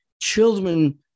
Children